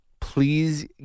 Please